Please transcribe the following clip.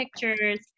pictures